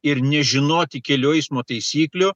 ir nežinoti kelių eismo taisyklių